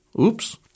Oops